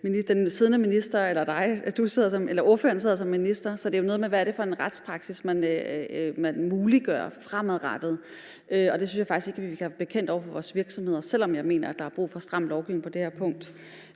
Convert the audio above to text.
det dengang ordføreren var minister – så det er jo noget med, hvad det er for en retspraksis, man muliggør fremadrettet. Det synes jeg faktisk ikke vi kan være bekendt over for vores virksomheder, selv om jeg mener, der er brug for en stram lovgivning på det her punkt.